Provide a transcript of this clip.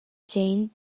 jain